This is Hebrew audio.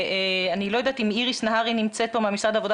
אני לא יודעת אם איריס נהרי ממשרד העבודה